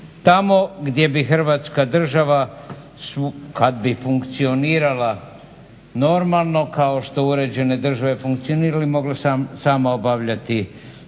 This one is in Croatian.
tamo gdje bi Hrvatska država kad bi funkcionirala normalno, kao što uređene države funkcioniraju, mogla sama obavljati